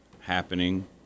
happening